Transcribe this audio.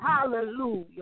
hallelujah